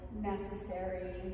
necessary